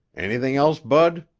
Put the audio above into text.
anything else, bud?